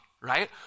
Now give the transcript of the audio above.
right